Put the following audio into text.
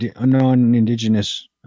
non-Indigenous